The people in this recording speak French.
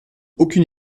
aucune